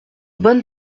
bonne